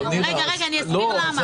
נירה, לא.